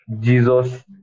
jesus